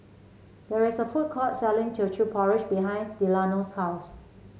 there is a food court selling Teochew Porridge behind Delano's house